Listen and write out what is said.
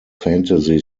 fantasy